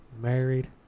married